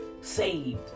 saved